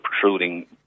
protruding